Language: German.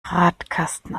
radkasten